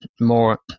more